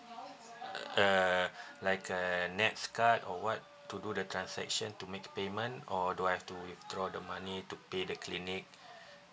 uh like then next card or [what] to do the transaction to make payment or do I have to withdraw the money to pay the clinic